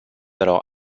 alors